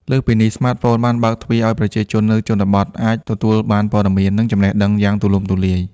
លើសពីនេះ ស្មាតហ្វូនបានបើកទ្វារឲ្យប្រជាជននៅជនបទអាច ទទួលបានព័ត៌មាន និងចំណេះដឹងយ៉ាងទូលំទូលាយ។